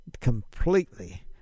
completely